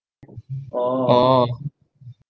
orh